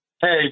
Hey